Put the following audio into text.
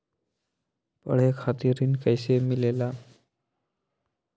पढे खातीर ऋण कईसे मिले ला?